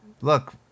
Look